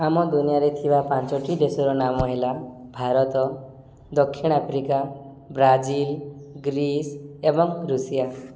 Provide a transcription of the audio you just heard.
ଆମ ଦୁନିଆରେ ଥିବା ପାଞ୍ଚୋଟି ଦେଶର ନାମ ହେଲା ଭାରତ ଦକ୍ଷିଣ ଆଫ୍ରିକା ବ୍ରାଜିଲ୍ ଗ୍ରୀସ୍ ଏବଂ ଋଷିଆ